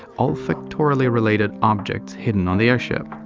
olfactorily related objects hidden on the airship.